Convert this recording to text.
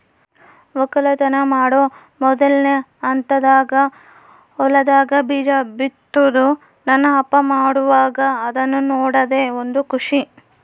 ವಕ್ಕಲತನ ಮಾಡೊ ಮೊದ್ಲನೇ ಹಂತದಾಗ ಹೊಲದಾಗ ಬೀಜ ಬಿತ್ತುದು ನನ್ನ ಅಪ್ಪ ಮಾಡುವಾಗ ಅದ್ನ ನೋಡದೇ ಒಂದು ಖುಷಿ